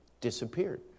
disappeared